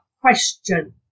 question